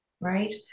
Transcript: Right